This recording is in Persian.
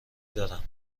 دارم